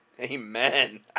Amen